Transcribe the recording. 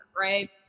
right